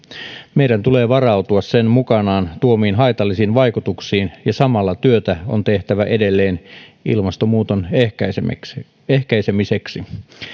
meidän tulee varautua sen mukanaan tuomiin haitallisiin vaikutuksiin ja samalla työtä on tehtävä edelleen ilmastonmuutoksen ehkäisemiseksi ehkäisemiseksi